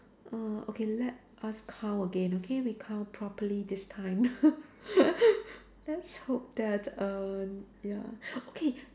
err okay let us count again okay we count properly this time let's hope that err ya okay